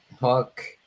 Hook